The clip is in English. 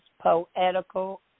Poetical